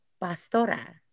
pastora